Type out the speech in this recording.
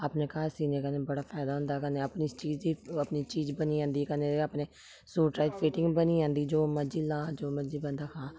अपने घर सीने कन्नै बड़ा फायदा होंदा कन्नै अपनी चीज दी अपनी चीज बनी जंदी कन्नै अपने सूटै दी फिटिंग बनी जंदी जो मर्जी लाऽ जो मर्जी बंदा खाऽ